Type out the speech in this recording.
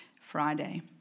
Friday